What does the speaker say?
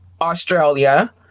Australia